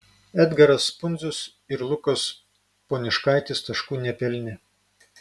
edgaras pundzius ir lukas poniškaitis taškų nepelnė